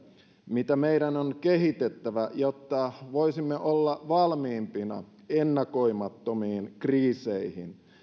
mitä meidän on kehitettävä jotta voisimme olla valmiimpina ennakoimattomiin kriiseihin